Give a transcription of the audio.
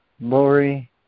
Lori